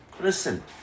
Listen